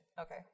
Okay